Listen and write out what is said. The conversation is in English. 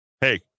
Hey